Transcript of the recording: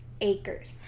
acres